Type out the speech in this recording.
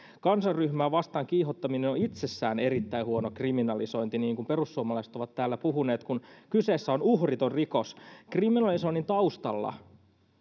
kansanryhmää vastaan kiihottaminen on itsessään erittäin huono kriminalisointi niin kuin perussuomalaiset ovat täällä puhuneet kun kyseessä on uhriton rikos kriminalisoinnin taustalla